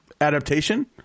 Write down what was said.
adaptation